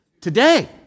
today